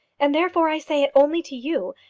and, therefore, i say it only to you,